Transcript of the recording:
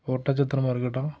ஒட்ட சத்திரமா இருக்கட்டும்